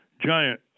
giant